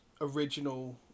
original